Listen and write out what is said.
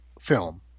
film